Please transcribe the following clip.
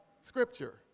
scripture